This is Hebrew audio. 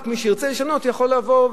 רק מי שירצה לשנות יוכל לבוא,